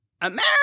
america